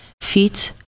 feet